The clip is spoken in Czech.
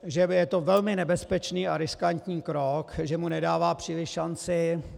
A že je to velmi nebezpečný a riskantní krok, že mu nedává příliš šanci.